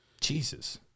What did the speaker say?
jesus